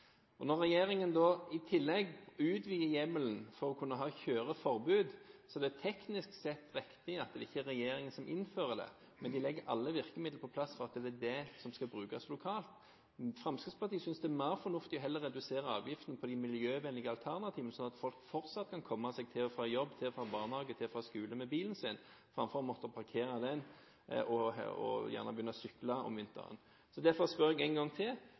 Når regjeringen i tillegg utvider hjemmelen for å kunne ha kjøreforbud, så er det teknisk sett riktig at det ikke er regjeringen som innfører det, men den legger alle virkemidler på plass for at det er det som skal brukes lokalt. Fremskrittspartiet synes det er mer fornuftig heller å redusere avgiften på de miljøvennlige alternativene sånn at folk fortsatt kan komme seg til og fra jobb, til og fra barnehage, til og fra skole med bilen sin framfor å måtte parkere den og begynne å sykle om vinteren. Derfor spør jeg en gang til: